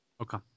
Okay